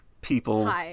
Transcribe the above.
people